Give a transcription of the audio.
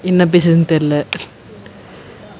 என்ன பேசுறதுன்னு தெரில்ல:enna pesurathunnu therilla